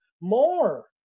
more